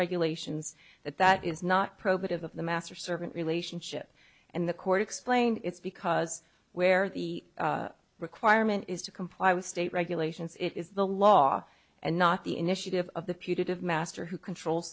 regulations that that is not probative of the master servant relationship and the court explained it's because where the requirement is to comply with state regulations it is the law and not the initiative of the putative master who controls